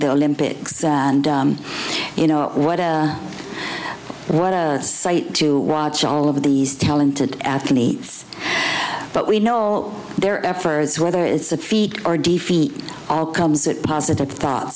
the olympics and you know what what a sight to watch all of these talented athletes but we know their efforts whether it's a feat or defeat all comes at positive thoughts